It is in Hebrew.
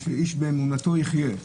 איש באמונתו יחיה.